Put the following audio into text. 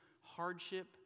hardship